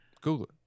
Google